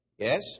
Yes